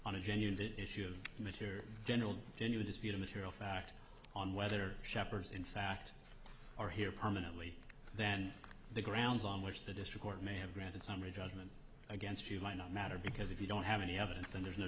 on a genuine issue of material general then you dispute a material fact on whether shepherds in fact are here permanently then the grounds on which the district court may have granted summary judgment against you might not matter because if you don't have any evidence and there's no